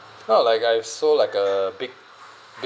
not like I've sold like a big big